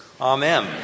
Amen